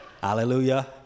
Hallelujah